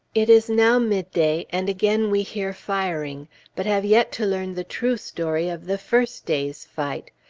it is now midday, and again we hear firing but have yet to learn the true story of the first day's fight.